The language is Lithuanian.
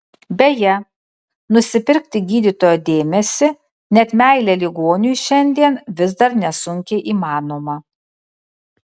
beje nusipirkti gydytojo dėmesį net meilę ligoniui šiandien vis dar nesunkiai įmanoma